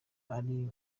ari